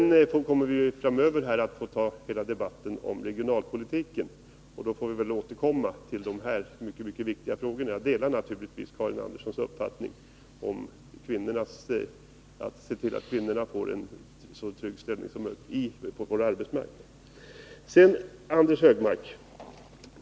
Vi kommer framöver att få hela debatten om regionalpolitiken, och då får vi väl återkomma till de här mycket viktiga frågorna. Jag delar naturligtvis Karin Anderssons uppfattning att man skall se till att kvinnorna får en så trygg ställning som möjligt på vår arbetsmarknad. Sedan till Anders Högmark.